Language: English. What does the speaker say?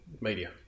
media